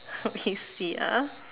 let me see ah